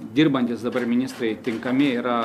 dirbantys dabar ministrai tinkami yra